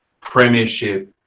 Premiership